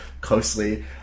closely